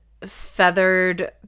feathered